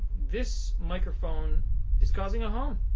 this microphone is causing a home